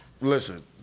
Listen